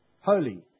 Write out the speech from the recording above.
holy